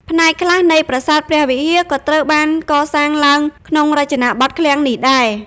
ផ្នែកខ្លះនៃប្រាសាទព្រះវិហារ ក៏ត្រូវបានកសាងឡើងក្នុងរចនាបថឃ្លាំងនេះដែរ។